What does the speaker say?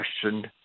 questioned